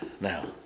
Now